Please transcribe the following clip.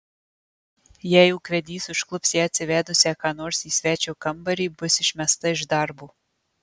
jei ūkvedys užklups ją atsivedusią ką nors į svečio kambarį bus išmesta iš darbo